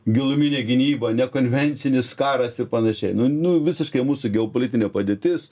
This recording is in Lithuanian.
giluminė gynyba ne konvencinis karas ir panašiai nu nu visiškai mūsų geopolitinė padėtis